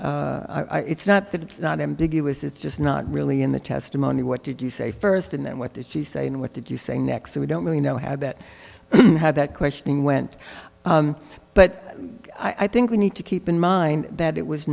not it's not that it's not ambiguous it's just not really in the testimony what did you say first and then what did she say and what did you say next so we don't really know how that that questioning went but i think we need to keep in mind that it was